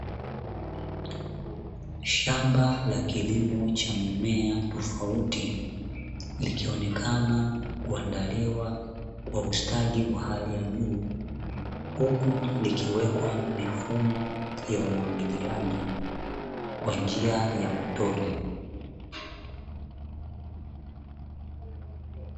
Shamba la kilimo cha mimea tofauti, limeonekana kuandaliwa kwa ustadi wa hali ya juu huku likiwekwa mifumo ya umwagiliaji kwa njia ya matone.